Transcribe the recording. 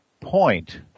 point